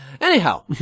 Anyhow